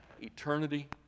eternity